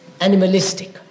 animalistic